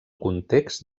context